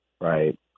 right